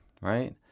right